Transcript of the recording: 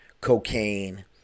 cocaine